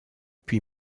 puis